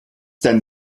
denn